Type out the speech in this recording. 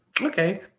Okay